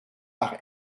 par